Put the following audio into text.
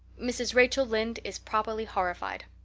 mrs. rachel lynde is properly horrified